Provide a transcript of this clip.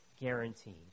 Guaranteed